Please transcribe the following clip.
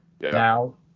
Now